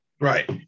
right